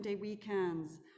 weekends